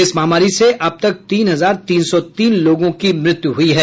इस महामारी से अब तक तीन हजार तीन सौ तीन लोगों की मौत हुई है